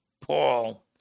Paul